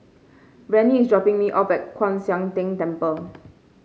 Rennie is dropping me off at Kwan Siang Tng Temple